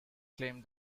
claimed